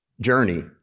Journey